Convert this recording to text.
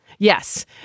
Yes